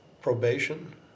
probation